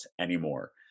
anymore